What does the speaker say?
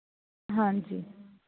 ਹਾਂਜੀ